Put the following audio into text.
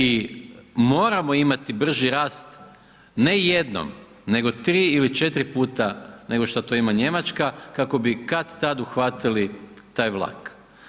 I moramo imati brži rast ne jednom nego 3 ili 4 puta nego što to ima Njemačka kako bi kad-tad uhvatili taj vlak.